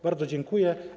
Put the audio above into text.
Bardzo dziękuję.